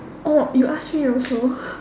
oh you ask me also